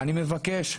אני מבקש,